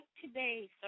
today